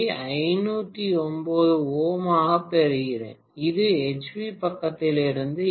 யை 509Ω ஆகப் பெறுகிறேன் இது எல்வி பக்கத்திலிருந்து